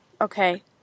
Okay